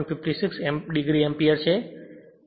56 o એમ્પીયરછે